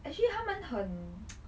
actually 他们很